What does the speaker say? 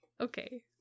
Okay